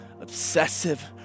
obsessive